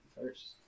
first